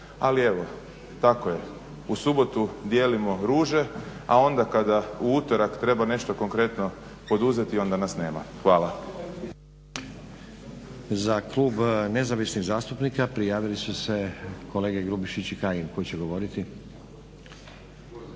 Ali evo, tako je, u subotu dijelimo ruže a onda kada u utorak treba nešto konkretno poduzeti onda nas nema. Hvala. **Stazić, Nenad (SDP)** Za klub Nezavisnih zastupnika prijavili su se kolege Grubišić i Kajin. Koji će govoriti?